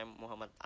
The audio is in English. Muhammad